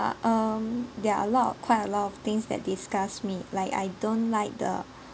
um there are a lot of quite a lot of things that disgust me like I don't like the